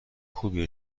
خوبی